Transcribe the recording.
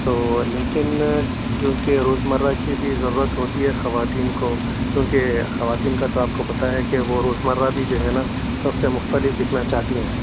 تو لیکن چونکہ روزمرہ کی بھی ضرورت ہوتی ہے خواتین کو کیونکہ خواتین کا تو آپ کو پتہ ہے کہ وہ روزمرہ بھی جو ہے نہ سب سے مختلف دکھنا چاہتی ہیں